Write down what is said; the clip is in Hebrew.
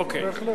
אוקיי.